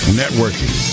networking